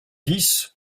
dix